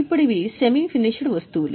ఇప్పుడు ఇవి semi finished వస్తువులు